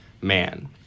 man